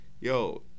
Yo